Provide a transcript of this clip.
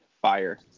fire